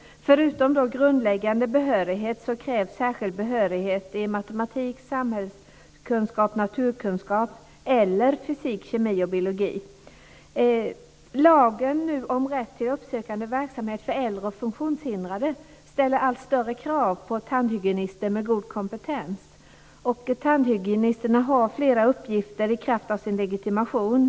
Förutom grundläggande behörighet krävs särskild behörighet i matematik, samhällskunskap och naturkunskap eller fysik, kemi och biologi. Lagen om rätt till uppsökande verksamhet för äldre och funktionshindrade ställer allt större krav på tandhygienister med god kompetens. Tandhygienisterna har fler uppgifter i kraft av sin legitimation.